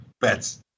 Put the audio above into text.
bets